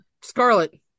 Scarlet